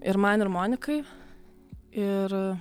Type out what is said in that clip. ir man ir monikai ir